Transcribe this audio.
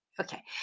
Okay